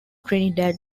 trinidad